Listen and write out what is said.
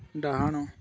ଡାହାଣ